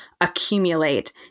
accumulate